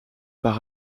par